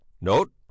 Note